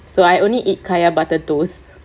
so I only eat kaya butter toast